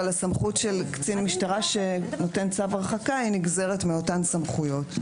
אבל הסמכות של קצין משטרה שנותן צו הרחקה נגזרת מאותן סמכויות.